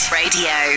radio